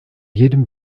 jedem